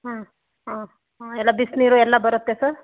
ಹಾಂ ಹಾಂ ಹಾಂ ಎಲ್ಲ ಬಿಸಿನೀರು ಎಲ್ಲ ಬರುತ್ತೆ ಸರ್